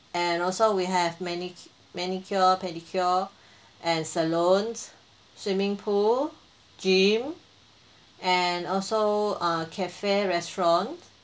and also we have manic~ manicure pedicure and salons swimming pool gym and also uh cafe restaurant